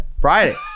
friday